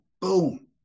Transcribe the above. boom